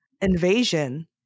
invasion